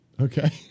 Okay